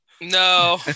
No